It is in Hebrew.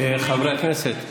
חברי הכנסת.